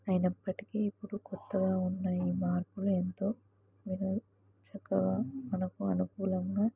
అయినప్పటికి ఇప్పుడు కొత్తగా ఉన్న ఈ మార్పులు ఎంతో వినో చక్కగా మనకు అనుకూలంగా